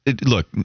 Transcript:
look